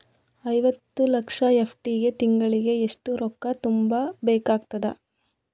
ಐವತ್ತು ಲಕ್ಷ ಎಫ್.ಡಿ ಗೆ ತಿಂಗಳಿಗೆ ಎಷ್ಟು ರೊಕ್ಕ ತುಂಬಾ ಬೇಕಾಗತದ?